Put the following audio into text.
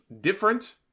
Different